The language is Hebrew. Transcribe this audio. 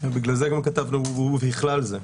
בגלל זה גם כתבנו "ובכלל זה".